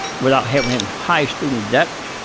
without having um high student debt.